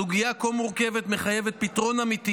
סוגיה כה מורכבת מחייבת פתרון אמיתי